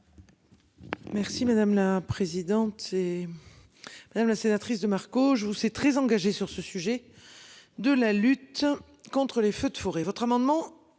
Merci madame la présidente. Et. Madame la sénatrice de Paris. On joue c'est très engagé sur ce sujet. De la lutte contre les feux de forêt votre amendement